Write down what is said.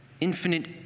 infinite